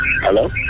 Hello